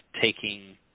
taking